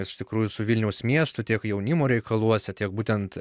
iš tikrųjų su vilniaus miestu tiek jaunimo reikaluose tiek būtent